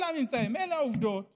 אלו הממצאים ואלו העובדות